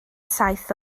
saith